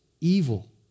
evil